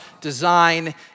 design